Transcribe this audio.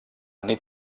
nit